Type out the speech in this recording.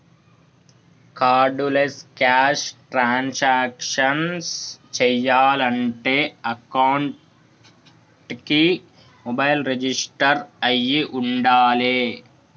cardless cash transactions చెయ్యాలంటే అకౌంట్కి mobile register అయ్యి వుండాలే